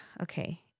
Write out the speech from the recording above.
okay